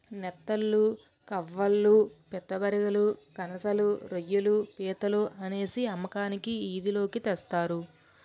నెత్తళ్లు కవాళ్ళు పిత్తపరిగెలు కనసలు రోయ్యిలు పీతలు అనేసి అమ్మకానికి ఈది లోకి తెస్తారు